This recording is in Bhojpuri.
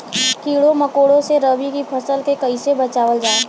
कीड़ों मकोड़ों से रबी की फसल के कइसे बचावल जा?